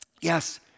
yes